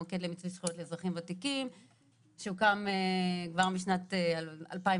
המוקד למיצוי זכויות לאזרחים ותיקים שהוקם בשנת 2008